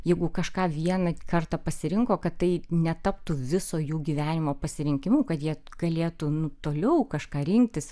jeigu kažką vieną kartą pasirinko kad tai netaptų viso jų gyvenimo pasirinkimu kad jie galėtų nu toliau kažką rinktis